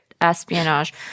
Espionage